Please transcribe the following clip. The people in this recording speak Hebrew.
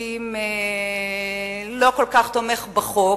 המשפטים לא כל כך תומך בחוק,